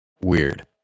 weird